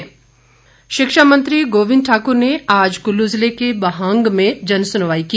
गोविंद ठाकुर शिक्षा मंत्री गोविंद ठाकुर ने आज कुल्लू जिले के बहांग में जनसुनवाई की